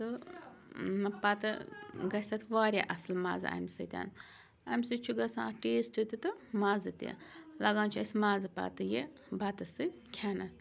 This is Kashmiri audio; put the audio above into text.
تہٕ پَتہٕ گژھِ اَتھ واریاہ اَصٕل مَزٕ اَمہِ سۭتۍ اَمہِ سۭتۍ چھُ گژھان اَتھ ٹیسٹ تہِ تہٕ مَزٕ تہِ لَگان چھُ اَسہِ مَزٕ پَتہٕ یہِ بَتہٕ سۭتۍ کھٮ۪نَس